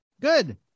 Good